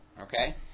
Okay